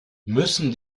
müssen